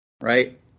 Right